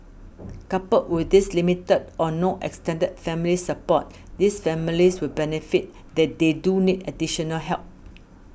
coupled with this limited or no extended family support these families would benefit that they do need additional help